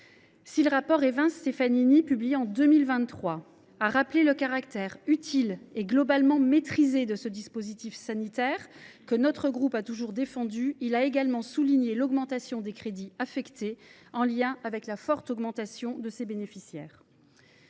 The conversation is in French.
Si le rapport Évin Stefanini, publié en 2023, a rappelé le caractère utile et globalement maîtrisé de ce dispositif sanitaire, que le groupe du RDSE a toujours défendu, il a également souligné l’augmentation des crédits affectés, en lien avec la forte augmentation des bénéficiaires